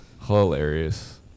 Hilarious